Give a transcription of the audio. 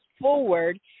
forward